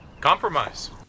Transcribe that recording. Compromise